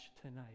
tonight